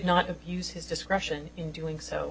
not use his discretion in doing so